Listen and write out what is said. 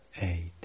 eight